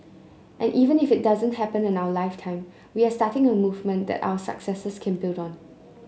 and even if it doesn't happen in our lifetime we are starting a movement that our successors can build on